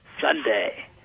Sunday